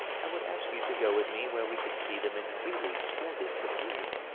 i would ask you to go with me where we could see them in really splendid profusion.